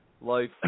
life